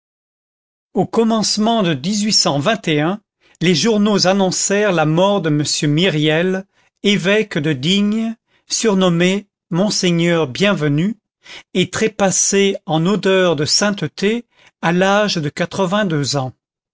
au commencement de les journaux annoncèrent la mort de m myriel évêque de digne surnommé monseigneur bienvenu et trépassé en odeur de sainteté à l'âge de quatre-vingt-deux ans